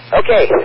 okay